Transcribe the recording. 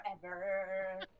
forever